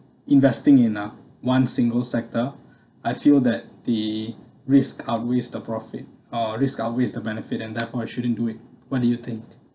investing in a one single sector I feel that the risks outweighs the profit or risk outweighs the benefit and therefore I shouldn't do it what do you think